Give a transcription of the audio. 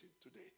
today